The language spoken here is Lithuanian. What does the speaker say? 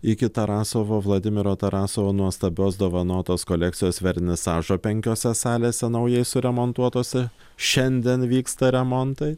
iki tarasovo vladimiro tarasovo nuostabios dovanotos kolekcijos vernisažo penkiose salėse naujai suremontuotuose šiandien vyksta remontai